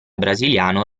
brasiliano